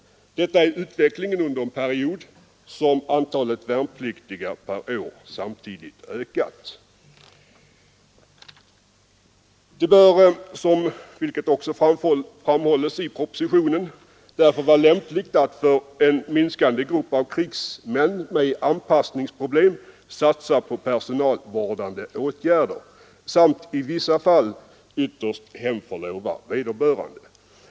Detta är utvecklingen under en period då antalet värnpliktiga per år samtidigt ökat. Det bör, vilket också framhålles i propositionen, därför vara lämpligt att för en minskande grupp av krigsmän med anpassningsproblem satsa på personalvårdande åtgärder samt i vissa fall ytterst hemförlova vederbörande.